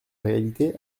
réalité